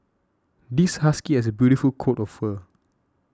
this husky has a beautiful coat of fur